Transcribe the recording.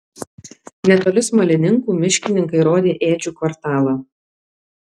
netoli smalininkų miškininkai rodė ėdžių kvartalą